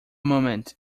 moment